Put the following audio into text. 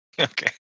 Okay